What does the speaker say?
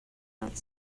not